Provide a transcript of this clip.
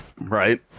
right